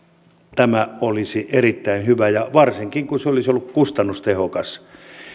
tämä olisi erittäin hyvä ja varsinkin kun se olisi ollut kustannustehokas